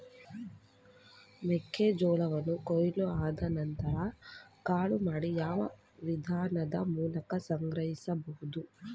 ಮೆಕ್ಕೆ ಜೋಳವನ್ನು ಕೊಯ್ಲು ಆದ ನಂತರ ಕಾಳು ಮಾಡಿ ಯಾವ ವಿಧಾನದ ಮೂಲಕ ಸಂಗ್ರಹಿಸಬಹುದು?